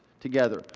together